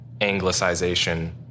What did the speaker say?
Anglicization